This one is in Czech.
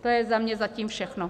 To je za mě zatím všechno.